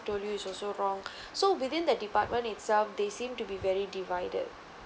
told is also wrong so within the department itself they seem to be very divided